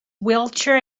wheelchair